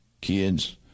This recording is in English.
Kids